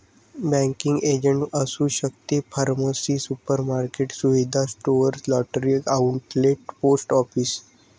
banking agent असू शकते pharmacy supermarket सुविधा store lottery outlet post office